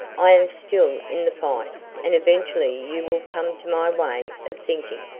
i am still in the fight and eventually you will come to my way of thinking.